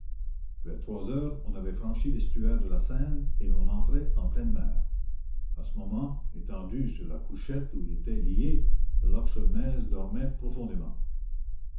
vers trois heures on avait franchi l'estuaire de la seine et l'on entrait en pleine mer à ce moment étendu sur la couchette où il était lié herlock sholmès dormait profondément